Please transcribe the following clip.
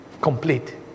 complete